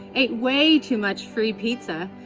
ate way too much free pizza,